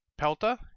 Pelta